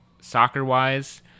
soccer-wise